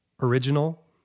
original